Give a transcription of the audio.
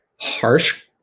harsh